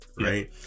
right